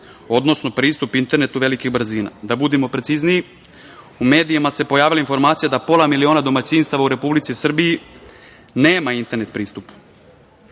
odnosno pristup internetu velikih brzina. Da budemo precizniji, u medijima se pojavila informacija da pola miliona domaćinstava u Republici Srbiji nema internet pristup,